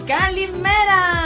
¡Calimera